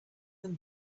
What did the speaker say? them